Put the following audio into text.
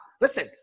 listen